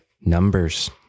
numbers